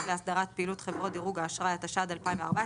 להסדרת פעילות חברות דירוג האשראי התשע"ד-2014,